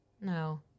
No